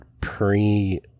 pre